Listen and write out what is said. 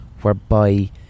whereby